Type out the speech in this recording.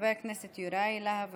חבר הכנסת יוראי להב